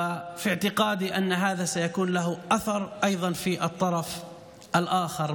ואני חושב שלזה תהיה השפעה גם בצד האחר.